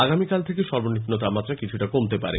আগামীকাল থেকে সর্বনিম্ন তাপমাত্রা কিছুটা কমতে পারে